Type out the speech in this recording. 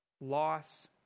loss